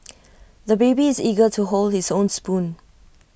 the baby is eager to hold his own spoon